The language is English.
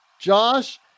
Josh